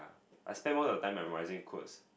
I spent most of the time memorising quotes